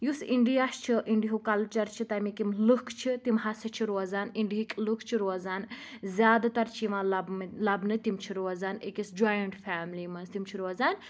یُس اِنٛڈیا چھُ اِنٛڈیِہُک کَلچَر چھِ تَمِکۍ یِم لُکھ چھِ تِم ہَسا چھِ روزان اِنڈیِہِکۍ لُکھ چھِ روزان زیادٕ تَر چھِ یِوان لَب لَبنہٕ تِم چھِ روزان أکِس جویِنٛٹ فیملی مَنٛز تِم چھِ روزان